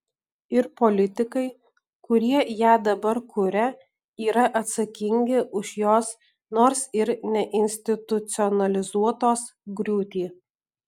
ir politikai kurie ją dabar kuria yra atsakingi už jos nors ir neinstitucionalizuotos griūtį